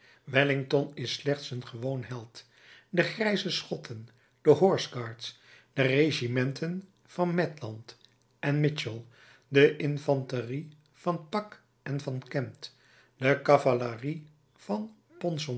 wellington is slechts een gewoon held de grijze schotten de horseguards de regimenten van maitland en mitchell de infanterie van pack en van kempt de cavalerie van